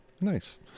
Nice